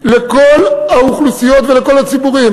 לכל האוכלוסיות ולכל הציבורים,